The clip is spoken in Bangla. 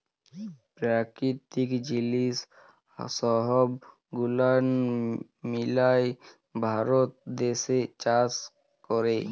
পেরাকিতিক জিলিস সহব গুলান মিলায় ভারত দ্যাশে চাষ ক্যরে